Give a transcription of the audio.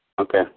Okay